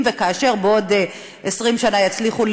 אם וכאשר בעוד 20 שנה יצליחו,